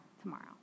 tomorrow